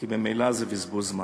כי ממילא זה בזבוז זמן.